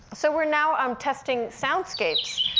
so we're now um testing sound scapes,